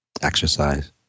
exercise